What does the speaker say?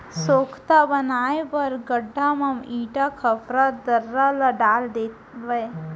सोख्ता बनाए बर गड्ढ़ा म इटा, खपरा, दर्रा ल डाल देवय